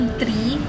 three